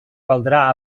caldrà